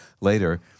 later